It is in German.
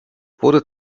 wurde